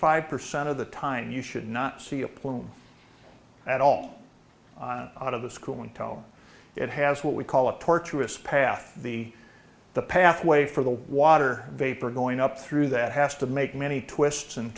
five percent of the time you should not see a plume at all out of the school in tow it has what we call a torturous path the the pathway for the water vapor going up through that has to make many twists and